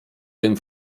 tym